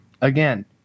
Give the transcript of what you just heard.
Again